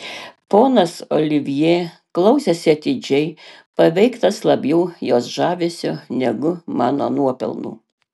ponas olivjė klausėsi atidžiai paveiktas labiau jos žavesio negu mano nuopelnų